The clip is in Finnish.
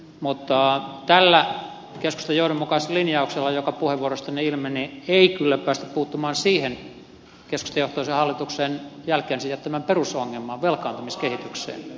mutta tällä keskustan johdonmukaisella linjauksella joka puheenvuorostanne ilmeni ei kyllä päästä puuttumaan siihen keskustajohtoisen hallituksen jälkeensä jättämän perusongelmaan velkaantumiskehitykseen